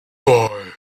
boy